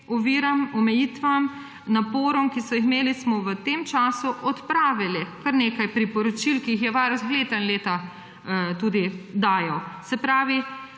oviram, omejitvam, naporom, ki smo jih imeli, smo v tem času odpravili kar nekaj priporočil, ki jih je Varuh leta in leta dajal. Pri